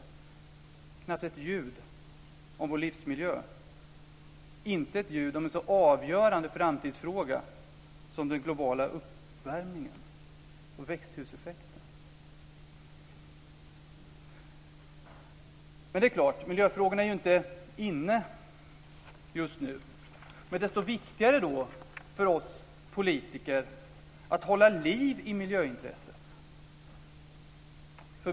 Det hörs knappt ett ljud om vår livsmiljö och inte ett ljud om en så avgörande framtidsfråga som den globala uppvärmningen och växthuseffekten. Men det är klart, miljöfrågorna är inte "inne" just nu. Desto viktigare är det då för oss politiker att hålla liv i miljöintresset.